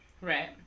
Right